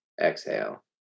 exhale